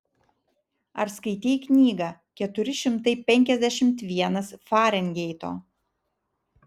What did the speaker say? ar skaitei knygą keturi šimtai penkiasdešimt vienas farenheito